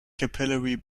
capillary